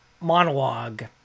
monologue